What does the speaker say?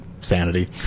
sanity